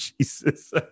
Jesus